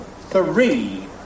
three